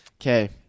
Okay